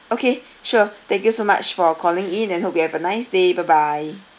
okay sure thank you so much for calling in and hope you have a nice day bye bye